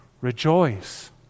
Rejoice